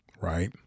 right